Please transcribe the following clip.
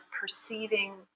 perceiving